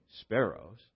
sparrows